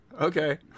Okay